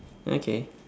okay